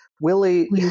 Willie